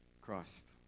Christ